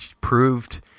proved